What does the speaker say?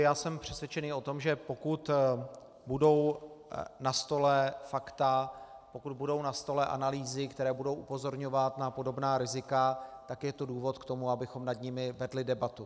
Já jsem přesvědčený o tom, že pokud budou na stole fakta, pokud budou na stole analýzy, které budou upozorňovat na podobná rizika, tak je to důvod k tomu, abychom nad nimi vedli debatu.